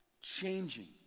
changing